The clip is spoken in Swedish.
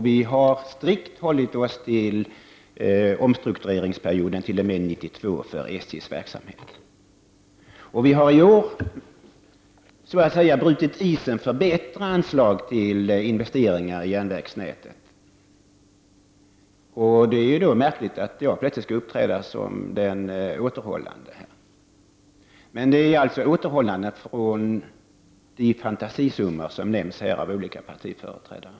Vi har strikt hållit oss till omstruktureringsperioden t.o.m. 1992 för SJs verksamhet. Vi har i år också så att säga brutit isen för bättre anslag till investeringar i järnvägsnätet. Det är då märkligt att jag plötsligt skall uppträda som den återhållande. Men det är ett återhållande av de fantasisummor som nämnts här av olika partiföreträdare.